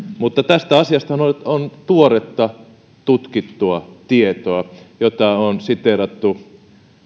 mutta tästä asiastahan on tuoretta tutkittua tietoa jota on siteerattu